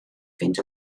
fynd